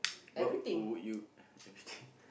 what would you uh everything